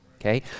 Okay